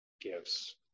gives